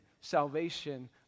salvation